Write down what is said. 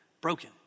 broken